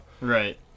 Right